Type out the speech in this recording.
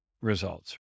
results